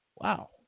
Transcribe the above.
Wow